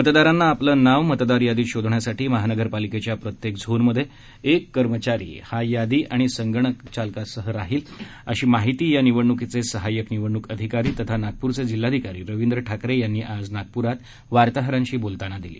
मतदारांना आपले नाव मतदार यादीत शोधण्यासाठी महानगरपालिकेच्या प्रत्येक जोनमध्ये एक कर्मचारी हा यादी आणि संगणकाचासह राहील अशी माहिती या निवडणुकीचे सहाय्यक निवडणूक अधिकारी तथा नागपूरचे जिल्हाधिकारी रवींद्र ठाकरे यांनी आज नागपूरमध्ये पत्रकार परिषदेत दिली